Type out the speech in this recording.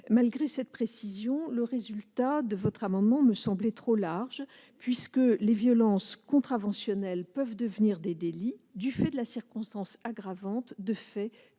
Malgré cette précision, le résultat de votre amendement me semblait trop large, puisque les violences contraventionnelles peuvent devenir des délits, du fait de la circonstance aggravante de faits